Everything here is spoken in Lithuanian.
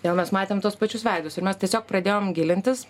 vėl mes matėm tuos pačius veidus ir mes tiesiog pradėjom gilintis